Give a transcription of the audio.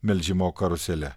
melžimo karusele